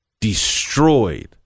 destroyed